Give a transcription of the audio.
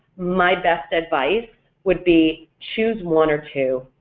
my best advice would be choose one or two,